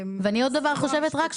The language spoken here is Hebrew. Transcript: ועוד דבר אני חושבת רק,